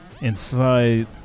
inside